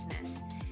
business